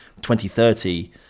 2030